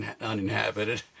uninhabited